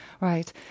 right